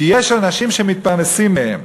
כי יש אנשים שמתפרנסים מהן.